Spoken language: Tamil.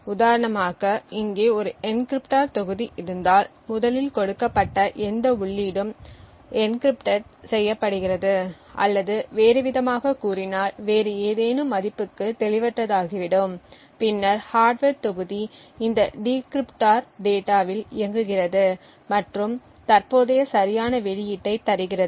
உதாரணமாக இங்கே ஒரு என்கிரிப்டோர் தொகுதி இருந்தால் முதலில் கொடுக்கப்பட்ட எந்த உள்ளீடும் எனகிரிப்டட் செய்யப்படுகிறது அல்லது வேறுவிதமாகக் கூறினால் வேறு ஏதேனும் மதிப்புக்கு தெளிவற்றதாகிவிடும் பின்னர் ஹார்ட்வர் தொகுதி இந்த டிகிரிப்டோர் டேட்டாவில் இயங்குகிறது மற்றும் தற்போதைய சரியான வெளியீட்டை தருகிறது